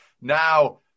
Now